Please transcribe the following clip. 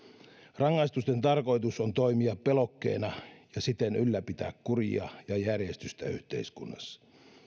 rangaistusten tarkoitus on toimia pelotteena ja siten ylläpitää kuria ja järjestystä yhteiskunnassa